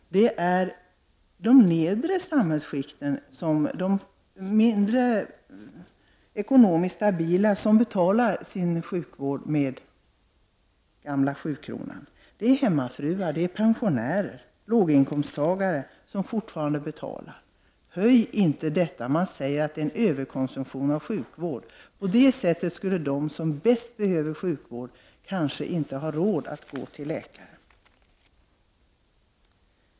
Jo, det är de lägsta samhällsskikten, de ekonomiskt mindre stabila, som betalar sin sjukvård med den gamla sjukronan. Det är hemmafruar, pensionärer och låginkomsttagare. Det är sådana som fortfarande betalar. Höj inte här! Man säger att det är en överkonsumtion av sjukvård, men till följd av en höjning skulle kanske de som har det största behovet av sjukvård inte ha råd att gå till läkare.